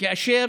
כאשר